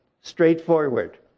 straightforward